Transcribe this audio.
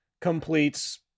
completes